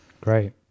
Great